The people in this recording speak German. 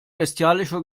bestialischer